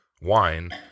Wine